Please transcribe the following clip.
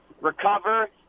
recover